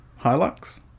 Hilux